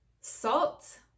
Salt